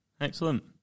excellent